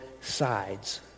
sides